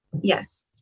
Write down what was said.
Yes